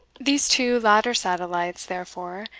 these two latter satellites, therefore,